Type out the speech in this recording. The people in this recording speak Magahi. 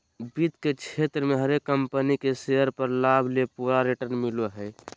वित्त के क्षेत्र मे हरेक कम्पनी के शेयर पर लाभ ले पूरा रिटर्न मिलो हय